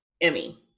Emmy